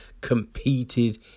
competed